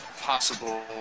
possible